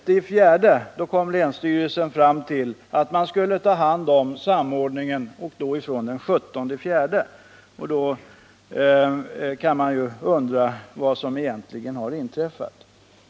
Den 11 april kom länsstyrelsen fram till att man skulle ta hand om samordningen från den 17 april. Då kan man undra vad som egentligen har inträffat.